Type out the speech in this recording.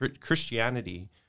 Christianity